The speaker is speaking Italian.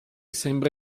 sembra